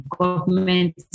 government